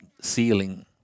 ceiling